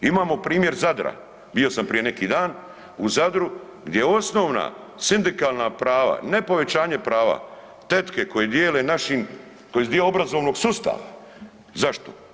Imamo primjer Zadra, bio sam prije neki dan u Zadru gdje osnovna sindikalna prava, ne povećanje prava, tetke koje dijele našim koji su dio obrazovnog sustava, zašto?